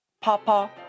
Papa